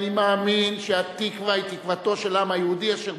אני מאמין ש"התקווה" היא תקוותו של העם היהודי אשר